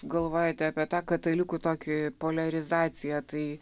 galvojate apie tą katalikų tokį poliarizaciją tai